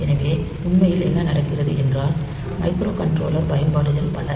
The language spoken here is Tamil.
எனவே உண்மையில் என்ன நடக்கிறது என்றால் மைக்ரோகண்ட்ரோலர் பயன்பாடுகள் பல